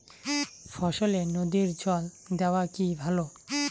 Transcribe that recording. ফসলে নদীর জল দেওয়া কি ভাল?